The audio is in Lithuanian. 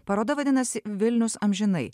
paroda vadinasi vilnius amžinai